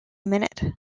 minute